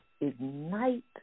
ignite